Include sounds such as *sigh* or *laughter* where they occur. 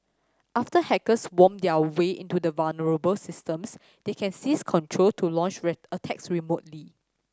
after hackers worm their way into vulnerable systems they can seize control to launch *unintelligible* attacks remotely